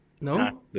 No